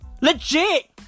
Legit